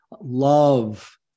love